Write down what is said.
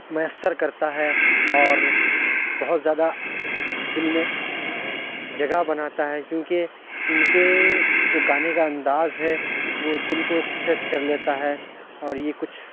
میسر کرتا ہے اور بہت زیادہ دل میں جگہ بناتا ہے کیونکہ ان کے جو گانے کا انداز ہے وہ دل کو ٹچ کر لیتا ہے اور یہ کچھ